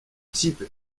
type